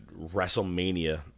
WrestleMania